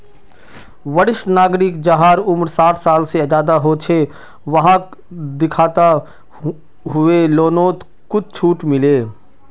वरिष्ठ नागरिक जहार उम्र साठ साल से ज्यादा हो छे वाहक दिखाता हुए लोननोत कुछ झूट मिले